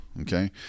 Okay